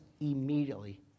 immediately